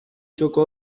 txoko